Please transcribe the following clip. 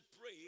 pray